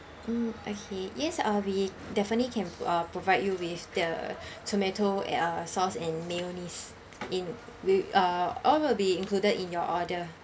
mm okay yes uh we definitely can uh provide you with the tomato uh sauce and mayonnaise in with uh all will be included in your order